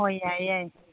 ꯍꯣꯏ ꯌꯥꯏ ꯌꯥꯏꯌꯦ